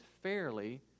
fairly